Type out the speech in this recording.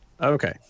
Okay